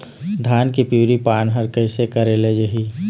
धान के पिवरी पान हर कइसे करेले जाही?